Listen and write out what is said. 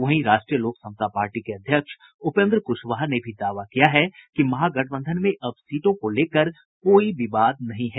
वहीं राष्ट्रीय लोक समता पार्टी के अध्यक्ष उपेंद्र कुशवाहा ने भी दावा किया है कि महागठबंधन में अब सीटों को लेकर कोई विवाद नहीं रह गया है